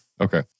Okay